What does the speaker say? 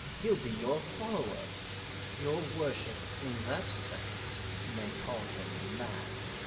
he'll be your follower your worship in that sense may call him man.